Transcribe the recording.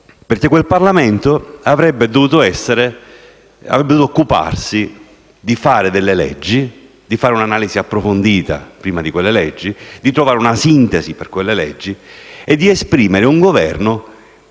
Perché quel Parlamento avrebbe dovuto occuparsi di fare delle leggi, di fare un'analisi approfondita, prima di quelli leggi, di trovare una sintesi per esse e di esprimere un Governo che